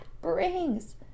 brings